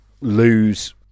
lose